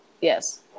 Yes